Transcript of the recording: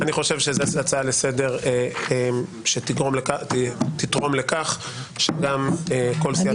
אני חושב שזאת הצעה לסדר שתתרום לכך שגם כל סיעה